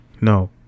no